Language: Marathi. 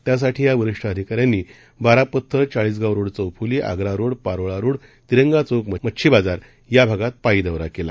त्यासाठी या वरीष्ठ अधिकाऱ्यांनी बारा पत्थर चाळीसगाव रोड चौफुली आग्रा रोड पारोळा रोड तिरंगा चौक मच्छिबाजार या भागात पायी दौरा केला